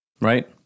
right